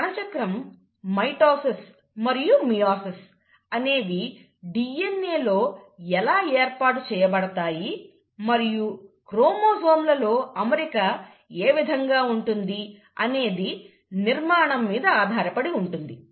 కణచక్రం మైటోసిస్ మరియు మియోసిస్ అనేవి DNA లో ఎలా ఏర్పాటు చేయబడతాయి మరియు క్రోమోజోమ్లలో అమరిక ఏ విధంగా ఉంటుంది అనేది నిర్మాణం మీద ఆధారపడి ఉంటుంది